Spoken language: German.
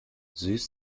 süß